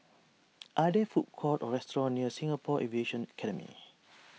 are there food courts or restaurants near Singapore Aviation Academy